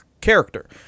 character